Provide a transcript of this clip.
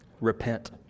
repent